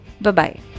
Bye-bye